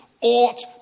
ought